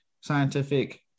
scientific